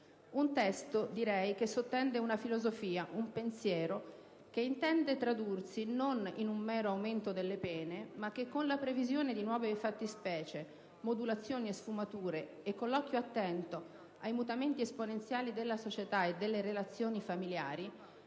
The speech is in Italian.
Un testo, direi, che sottende una filosofia, un pensiero, che non intende tradursi in un mero aumento delle pene, ma che con la previsione di nuove fattispecie, modulazioni e sfumature, e con 1'occhio attento ai mutamenti esponenziali della società e delle relazioni familiari